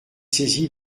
saisi